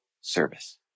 service